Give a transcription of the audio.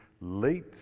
late